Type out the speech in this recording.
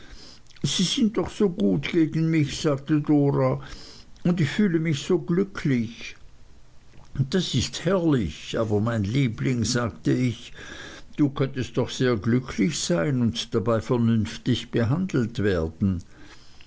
sie sind doch so gut gegen mich sagte dora und ich fühle mich so glücklich das ist herrlich aber mein liebling sagte ich du könntest doch sehr glücklich sein und dabei vernünftig behandelt werden